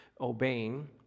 obeying